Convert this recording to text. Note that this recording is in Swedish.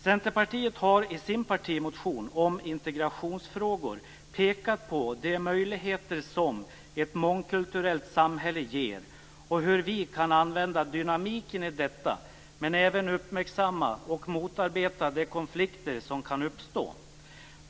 Centerpartiet har i sin partimotion om integrationsfrågor pekat på de möjligheter som ett mångkulturellt samhälle ger och hur vi kan använda dynamiken i detta, men även uppmärksamma och motarbeta de konflikter som kan uppstå.